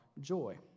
joy